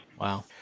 wow